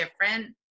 different